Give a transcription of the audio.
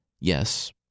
yes